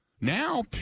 Now